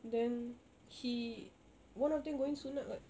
then he one of them going sunat [what]